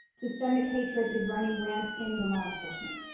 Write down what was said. systemic hatred is running ramped in the law enforcement.